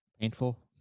Painful